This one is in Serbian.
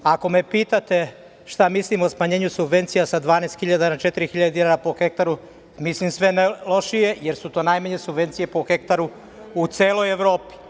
Ako me pitate šta mislim o smanjenju subvencija sa 12.000 na 4.000 dinara po hektaru, mislim sve najlošije, jer su to najmanje subvencije po hektaru u celoj Evropi.